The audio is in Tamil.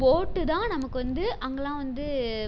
போட்டு தான் நமக்கு வந்து அங்கேல்லாம் வந்து